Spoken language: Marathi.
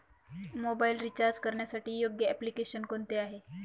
मोबाईल रिचार्ज करण्यासाठी योग्य एप्लिकेशन कोणते आहे?